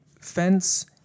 fence